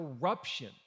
corruption